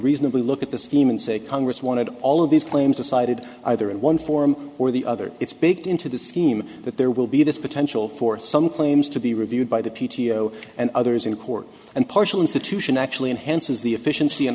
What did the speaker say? reasonably look at the scheme and say congress wanted all of these claims decided either in one form or the other it's baked into the scheme that there will be this potential for some claims to be reviewed by the p t o and others in court and partial institution actually enhances the efficiency